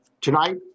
Tonight